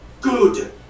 Good